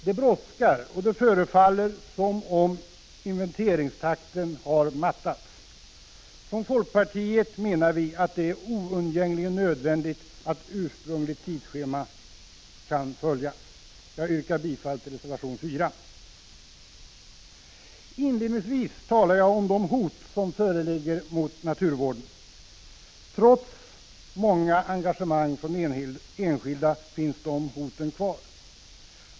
Det brådskar, och det förefaller som om inventeringstakten har mattats. Från folkpartiet menar vi att det är oundgängligen nödvändigt att ursprungligt tidsschema kan följas. Jag yrkar bifall till reservation 4. Prot. 1985/86:48 Inledningsvis talade jag om de hot som föreligger mot naturvården. Trots 10 december 1985 många enskildas engagemang finns hoten kvar.